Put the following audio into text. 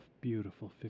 beautiful